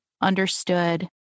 understood